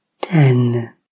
Ten